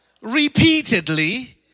repeatedly